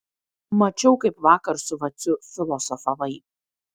mačiau kaip vakar su vaciu filosofavai